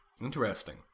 Interesting